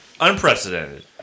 Unprecedented